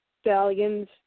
Stallions